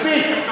די, די, מספיק.